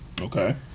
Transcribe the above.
Okay